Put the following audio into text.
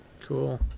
Cool